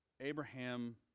Abraham